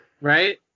Right